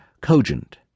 cogent